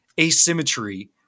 asymmetry